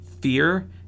fear